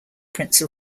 prince